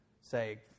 say